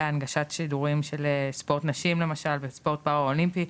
הנגשת שידורים של ספורט נשים למשל וספורט פראלימפי,